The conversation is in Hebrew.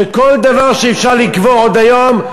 שכל דבר שאפשר לקבור עוד היום,